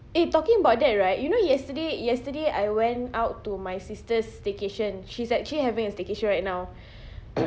eh talking about that right you know yesterday yesterday I went out to my sister's staycation she's actually having a staycation right now